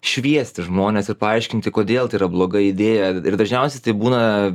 šviesti žmones ir paaiškinti kodėl tai yra bloga idėja ir dažniausiai tai būna